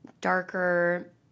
darker